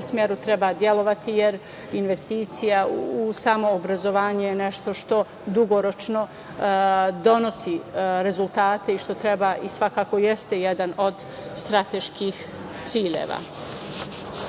smeru treba delovati, jer investicije u samo obrazovanje je nešto što dugoročno donosi rezultate i što treba i svakako jeste jedan od strateških ciljeva.U